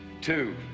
Two